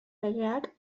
legeak